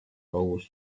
always